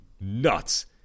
nuts